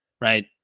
right